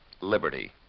liberty